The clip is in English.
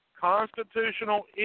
constitutional